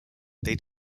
they